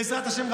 בעזרת השם,